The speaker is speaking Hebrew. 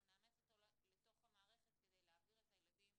אנחנו נאמץ אותו לתוך המערכת כדי להעביר לילדים